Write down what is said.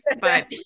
but-